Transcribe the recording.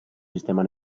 sistema